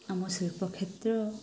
ଆମ ଶିଳ୍ପକ୍ଷେତ୍ର